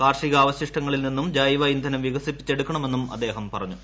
കാർഷിക അവശിഷ്ടങ്ങളിൽ നിന്നും ജൈവ ഇന്ധനം വികസിപ്പിച്ചെടുക്കണമെന്നും അദ്ദേഹം പറഞ്ഞു